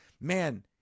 man